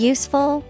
Useful